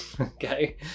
Okay